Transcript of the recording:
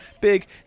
big